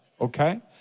Okay